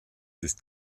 ist